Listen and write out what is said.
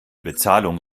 bezahlung